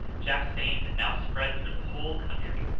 jack's fame had now spread through the whole country,